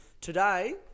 Today